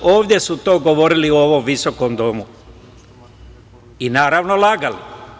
Ovde su to govorili u ovom visokom domu i naravno lagali.